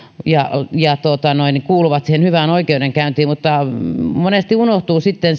ja ja kuuluvat siihen hyvään oikeudenkäyntiin mutta monesti unohtuvat sitten